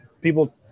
people